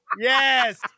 Yes